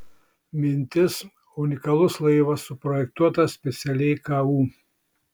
mintis unikalus laivas suprojektuotas specialiai ku